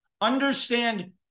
Understand